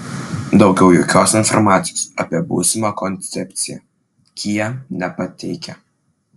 daugiau jokios informacijos apie būsimą koncepciją kia nepateikia